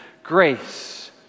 grace